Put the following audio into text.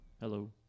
Hello